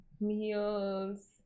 Meals